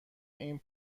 این